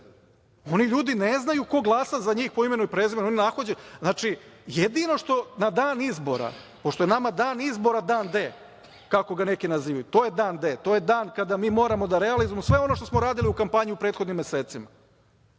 Oni ljudi ne znaju ko glasa za njih po imenu i prezimenu. Znači, jedino što na dan izbora treba, pošto je nama dan izbora dan "D", kako ga neki nazivaju, to je dan kada mi moramo da realizujemo sve ono što smo radili u kampanji u prethodnim mesecima,